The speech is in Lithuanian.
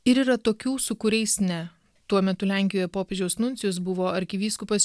ir yra tokių su kuriais ne tuo metu lenkijoje popiežiaus nuncijus buvo arkivyskupas